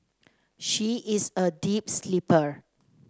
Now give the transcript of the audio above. she is a deep sleeper